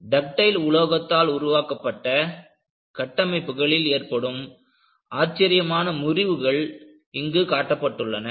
ductile உலோகத்தால் உருவாக்கப்பட்ட கட்டமைப்புகளில் ஏற்படும் ஆச்சரியமான முறிவுகள் இங்கு காட்டப்பட்டுள்ளன